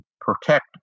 protect